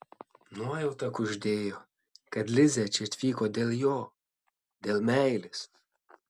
nuojauta kuždėjo kad lizė čia atvyko dėl jo dėl meilės